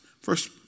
First